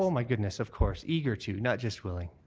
my goodness, of course. eager to, not just willing.